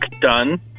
done